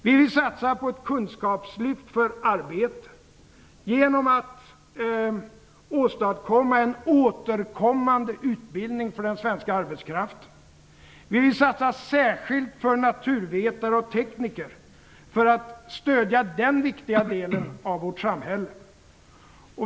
Vi vill satsa på ett kunskapslyft för arbete genom att åstadkomma en återkommande utbildning för den svenska arbetskraften. Vi vill särskilt satsa på naturvetare och tekniker för att stödja en viktig del av vårt samhälle.